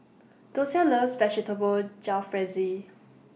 Dosia loves Vegetable Jalfrezi